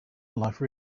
life